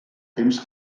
temps